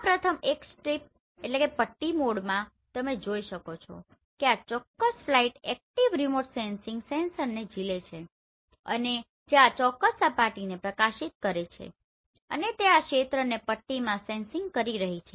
આ પ્રથમ એક સ્ટ્રીપStripપટ્ટી મોડમાં તમે જોઈ શકો છો કે આ ચોક્કસ ફ્લાઇટ એક્ટીવ રિમોટ સેન્સિંગ સેન્સરને ઝીલે છે અને જે આ ચોક્કસ સપાટીને પ્રકાશિત કરે છે અને તે આ ક્ષેત્રને પટ્ટીમાં સેન્સીંગ કરી રહી છે